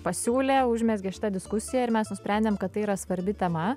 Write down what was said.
pasiūlė užmezgė šitą diskusiją ir mes nusprendėm kad tai yra svarbi tema